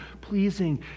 pleasing